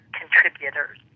contributors